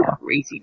Crazy